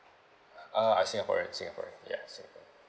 ah I singaporean singaporean yeah singaporean